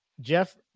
Jeff